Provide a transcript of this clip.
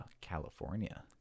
California